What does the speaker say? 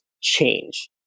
change